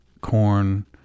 corn